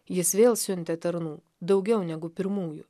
jis vėl siuntė tarnų daugiau negu pirmųjų